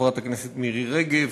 חברת הכנסת מירי רגב,